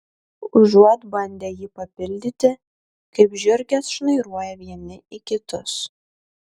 užuot bandę jį papildyti kaip žiurkės šnairuoja vieni į kitus